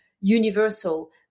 universal